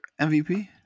MVP